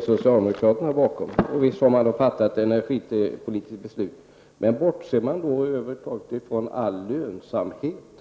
socialdemokraterna står bakom detta. Visst har man då fattat ett energipolitiskt beslut. Bortser man över huvud taget från all lönsamhet?